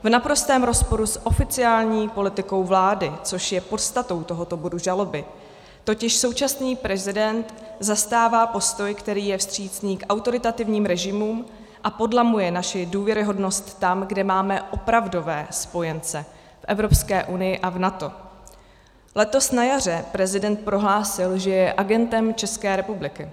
V naprostém rozporu s oficiální politikou vlády, což je podstatou tohoto bodu žaloby, totiž současný prezident zastává postoj, který je vstřícný k autoritativním režimům a podlamuje naši důvěryhodnost tam, kde máme opravdové spojence, v Evropské unii a v NATO. Letos na jaře prezident prohlásil, že je agentem České republiky.